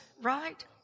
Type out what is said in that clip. right